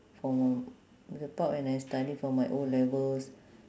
for m~ the part when I study for my O-levels